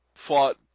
fought